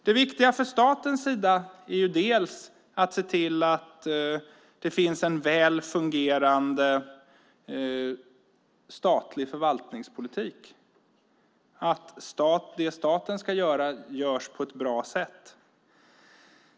Det viktiga för staten är att se till att det finns en väl fungerande statlig förvaltningspolitik. Det är viktigt att det staten ska göra görs på ett bra sätt.